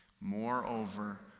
Moreover